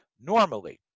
normally